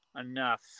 enough